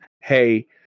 hey